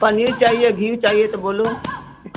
पनीर चाहिए घी चाहिए तो बोलो